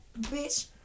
Bitch